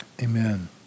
Amen